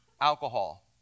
alcohol